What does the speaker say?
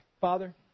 Father